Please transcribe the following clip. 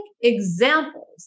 examples